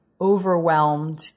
overwhelmed